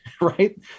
right